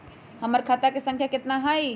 हमर खाता के सांख्या कतना हई?